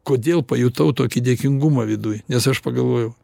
kodėl pajutau tokį dėkingumą viduj nes aš pagalvojau